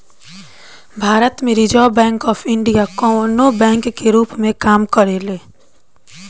भारत में reserve bank of India कवनो bank के रूप में काम करेले